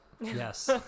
yes